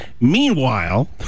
meanwhile